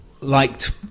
liked